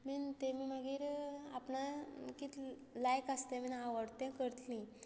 मीन तीं मागीर आपणाक कितें लायक आसा तें बी आवडटा तें करतलीं